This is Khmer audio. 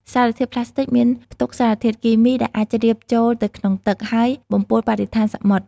សារធាតុប្លាស្ទិកមានផ្ទុកសារធាតុគីមីដែលអាចជ្រាបចូលទៅក្នុងទឹក ហើយបំពុលបរិស្ថានសមុទ្រ។